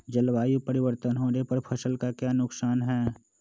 जलवायु परिवर्तन होने पर फसल का क्या नुकसान है?